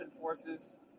forces